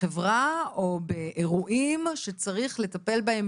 בחברה או באירועים שצריך לטפל בהם